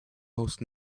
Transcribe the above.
most